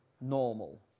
normal